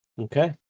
Okay